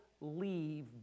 leave